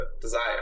desire